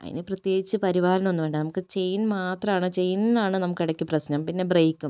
അതിന് പ്രത്യേകിച്ച് പരിപാലനം ഒന്നും വേണ്ട നമുക്ക് ചെയിൻ മാത്രമാണ് ചെയിൻ ആണ് നമുക്ക് ഇടയ്ക്ക് പ്രശ്നം പിന്നെ ബ്രേക്കും